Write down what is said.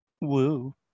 Woo